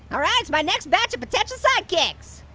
alright, my next batch of potential sidekicks.